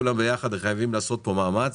כולם ביחד חייבים לעשות פה מאמץ